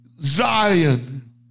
Zion